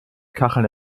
kacheln